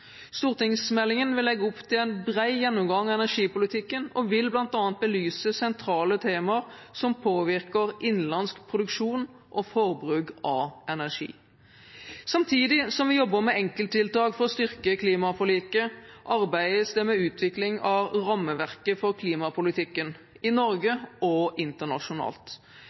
Stortingsmeldingen vil legge opp til en bred gjennomgang av energipolitikken og vil bl.a. belyse sentrale temaer som påvirker innenlandsk produksjon og forbruk av energi. Samtidig som vi jobber med enkelttiltak for å styrke klimaforliket, arbeides det med utvikling av rammeverket for klimapolitikken i Norge og internasjonalt.